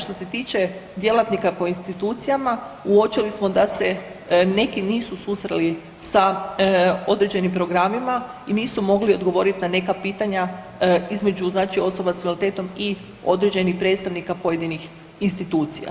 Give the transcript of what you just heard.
Što se tiče djelatnika po institucijama uočili smo da se neki nisu susreli sa određenim programa i nisu mogli odgovoriti na neka pitanja između znači osoba s invaliditetom i određenih predstavnika pojedinih institucija.